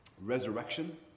resurrection